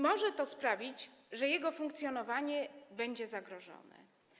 Może to sprawić, że jego funkcjonowanie będzie zagrożone.